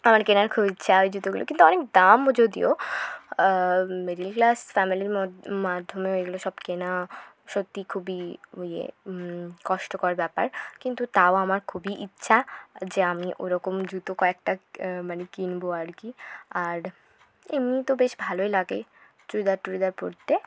আমার কেনার খুব ইচ্ছা ওই জুতোগুলো কিন্তু অনেক দাম যদিও মিডিল ক্লাস ফ্যামিলির মো মাধ্যমে ওইগুলো সব কেনা সত্যি খুবই ইয়ে কষ্টকর ব্যাপার কিন্তু তাও আমার খুবই ইচ্ছা যে আমি ওই রকম জুতো কয়েকটা মানে কিনবো আর কি আর এমনিই তো বেশ ভালোই লাগে চুড়িদার টুড়িদার পরতে